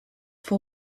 for